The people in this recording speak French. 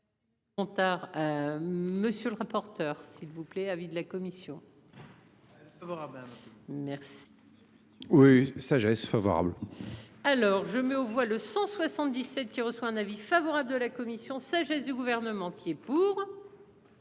Monsieur le rapporteur. S'il vous plaît. Avis de la commission. Favorable à ma merci. Oui. Sagesse favorable. Alors je mets aux voix le 177 qui reçoit un avis favorable de la commission sagesse du gouvernement qui est pour.